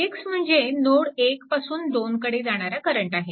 ix म्हणजे node 1 पासून 2 कडे जाणारा करंट आहे